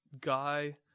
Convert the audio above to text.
guy